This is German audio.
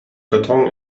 karton